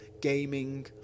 gaming